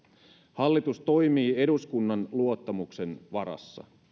hallitus toimii eduskunnan luottamuksen varassa